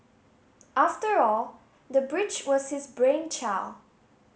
after all the bridge was his brainchild